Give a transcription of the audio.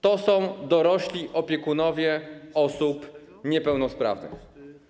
To są dorośli opiekunowie osób niepełnosprawnych.